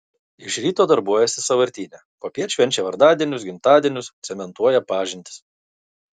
iš ryto darbuojasi sąvartyne popiet švenčia vardadienius gimtadienius cementuoja pažintis